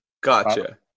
Gotcha